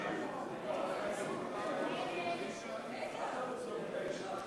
שימור השליטה הישראלית בתאגידים מרכזיים במשק,